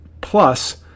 plus